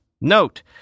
Note